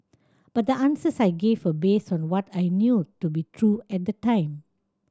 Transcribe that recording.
but the answers I gave were based on what I knew to be true at the time